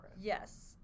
Yes